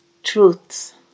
truths